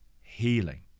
healing